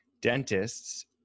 dentists